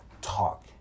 talk